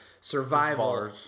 survival